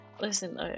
listen